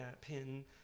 pin